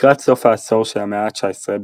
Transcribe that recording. לקראת סוף העשור המאה ה-19,